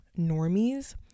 normies